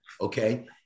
okay